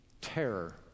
terror